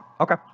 okay